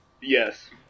Yes